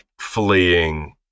fleeing